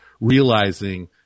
realizing